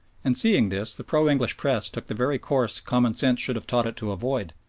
and seeing this the pro-english press took the very course common sense should have taught it to avoid,